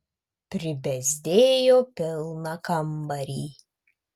pribezdėjo pilną kambarį